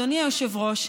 אדוני היושב-ראש,